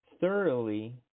thoroughly